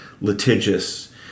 litigious